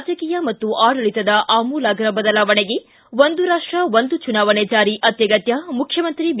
ರಾಜಕೀಯ ಮತ್ತು ಆಡಳಿತದ ಆಮೂಲಾಗ್ರ ಬದಲಾವಣೆಗೆ ಒಂದು ರಾಷ್ಟ ಒಂದು ಚುನಾವಣೆ ಜಾರಿ ಅತ್ಭಗತ್ಯ ಮುಖ್ಚಮಂತ್ರಿ ಬಿ